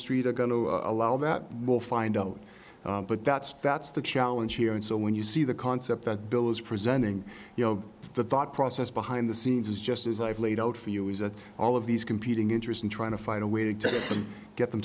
street are going to allow that will find but that's that's the challenge here and so when you see the concept that bill is presenting you know the thought process behind the scenes is just as i've laid out for you is that all of these competing interest and trying to find a way to get